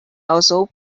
also